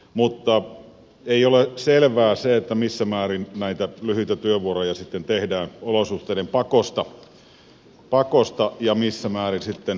mutta ei ole selvää se missä määrin näitä lyhyitä työvuoroja sitten tehdään olosuhteiden pakosta ja missä määrin sitten omaehtoisesti